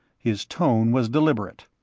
his tone was deliberate.